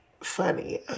funny